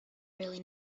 really